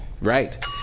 Right